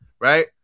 right